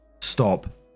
Stop